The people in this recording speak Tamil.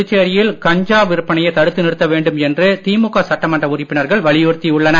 புதுச்சேரியில் கஞ்சா விற்பனையை தடுத்து நிறுத்த வேண்டும் என்று திமுக சட்டமன்ற உறுப்பினர்கள் வலியுறுத்தியுள்ளனர்